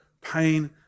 pain